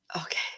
okay